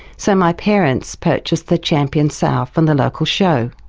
so my parents purchased the champion sow from the local show,